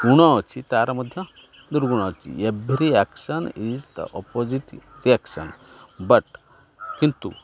ଗୁଣ ଅଛି ତା'ର ମଧ୍ୟ ଦୁର୍ଗୁଣ ଅଛି every action is the opposite reaction but କିନ୍ତୁ